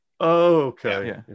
Okay